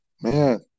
Man